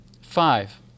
Five